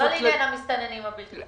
לא לעניין המסתננים הבלתי חוקיים.